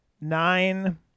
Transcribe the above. nine